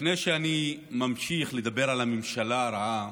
לפני שאני ממשיך לדבר על הממשלה הרעה,